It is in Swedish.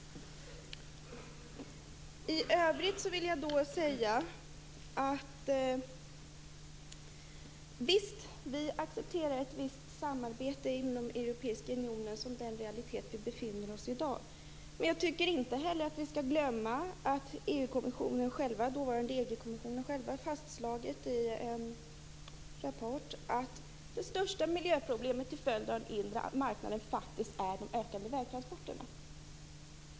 I övrigt vill jag säga att vi accepterar ett visst samarbete inom Europeiska unionen, som den realitet vi i dag har. Men vi skall inte heller glömma att dåvarande EG-kommissionen själv har fastslagit i en rapport att det största miljöproblemet till följd av den inre marknaden är de ökade vägtransporterna.